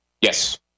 Yes